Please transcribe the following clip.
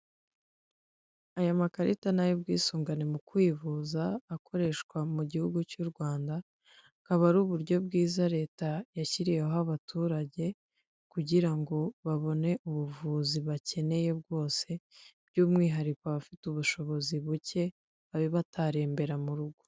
Aya makarita ni ay'ubwisungane mu kwivuza akoreshwa mu gihugu cy'u Rwanda, akaba ari uburyo bwiza leta yashyiriyeho abaturage kugira ngo babone ubuvuzi bakeneye bwose, by'umwihariko abafite ubushobozi buke babe batarembera mu rugo.